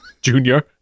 Junior